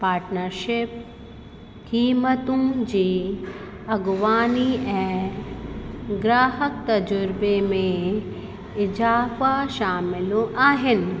partnership कीमतूं जी अगवानी ऐं ग्राहक तज़ुर्बे में इज़ाफ़ा शामिलु आहिनि